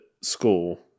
school